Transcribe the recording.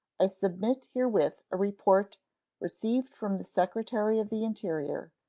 i submit herewith a report received from the secretary of the interior,